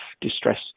distressed